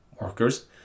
workers